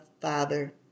Father